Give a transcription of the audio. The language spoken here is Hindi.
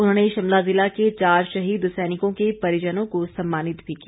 उन्होंने शिमला जिला के चार शहीद सैनिकों के परिजनों को सम्मानित भी किया